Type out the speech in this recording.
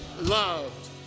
loved